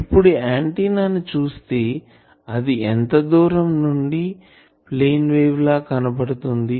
ఇప్పుడు ఆంటిన్నా ని చూస్తే అది ఎంత దూరం నుండి ప్లేన్ వేవ్ లా కనపడుతుంది